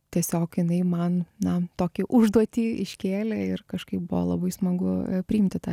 tiesiog jinai man na tokį užduotį iškėlė ir kažkaip buvo labai smagu priimti tą